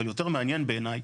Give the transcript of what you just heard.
אבל יותר מעניין בעיניי,